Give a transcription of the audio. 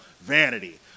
vanity